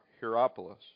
Hierapolis